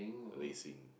racing